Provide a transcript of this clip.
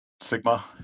sigma